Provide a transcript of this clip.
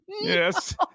Yes